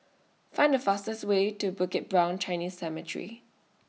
Find The fastest Way to Bukit Brown Chinese Cemetery